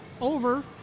over